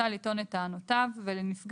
אבל כתבנו אותה גם כאן לעניין החוק הזה ולא הפנינו.